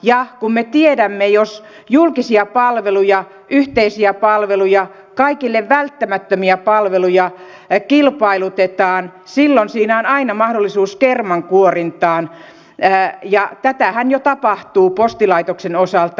ja kun me tiedämme että jos julkisia palveluja yhteisiä palveluja kaikille välttämättömiä palveluja kilpailutetaan silloin siinä on aina mahdollisuus kermankuorintaan ja tätähän jo tapahtuu postilaitoksen osalta